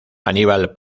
aníbal